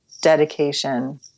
dedication